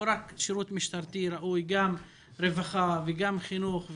לא רק שירות משטרתי ראוי אלא גם רווחה וגם חינוך.